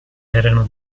erano